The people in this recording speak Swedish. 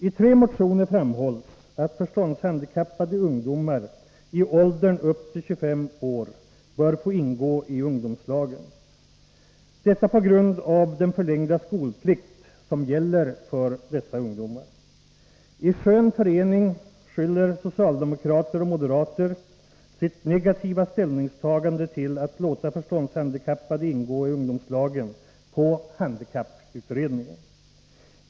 I tre motioner framhålls att förståndshandikappade ungdomar i åldern upp till 25 år bör få ingå i ungdomslagen, detta på grund av den förlängda skolplikt som gäller för dessa ungdomar. I skön förening skyller socialdemokrater och moderater sitt negativa ställningstagande till att låta förståndshandikappade ingå i ungdomslagen på handikapputredningen.